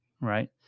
right